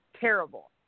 terrible